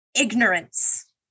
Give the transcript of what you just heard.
Ignorance